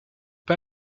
pas